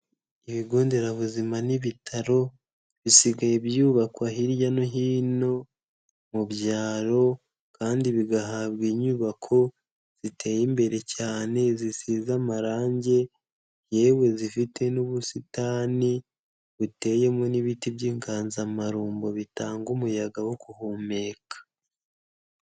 Ibigo nderabuzima n'ibitaro bisigaye byubakwa hirya no hino mu byaro, kandi bigahabwa inyubako ziteye imbere cyane zisize amarangi, yewe zifite n'ubusitani buteyeyemo n'ibiti by'inganzamarumbo bitanga umuyaga wo guhumeka.